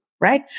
right